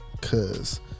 Cause